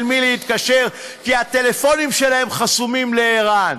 מי להתקשר כי הטלפונים שלהם חסומים לער"ן.